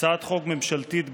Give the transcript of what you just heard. הצעת חוק ממשלתית בעניין,